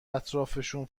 اطرافشون